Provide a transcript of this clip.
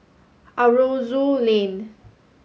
Aroozoo Lane